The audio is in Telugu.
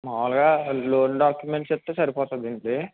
మామూలుగా లోన్ డాక్యుమెంట్స్ ఇస్తే సరిపోతుంది అండి